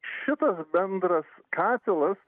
šitas bendras katilas